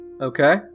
Okay